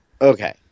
Okay